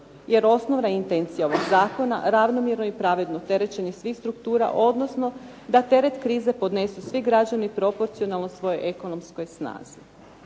Jer osnovna intencija ovog zakona je ravnomjerno i pravedno terećenje svih struktura, odnosno da teret krize podnesu svi građani proporcionalno svojoj ekonomskoj snazi.